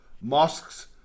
Mosques